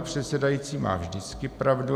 Předsedající má vždycky pravdu.